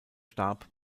starb